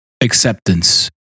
acceptance